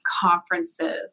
conferences